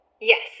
Yes